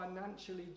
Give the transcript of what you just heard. financially